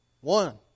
One